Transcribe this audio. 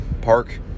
Park